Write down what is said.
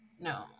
No